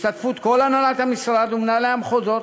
בהשתתפות כל הנהלת המשרד ומנהלי המחוזות,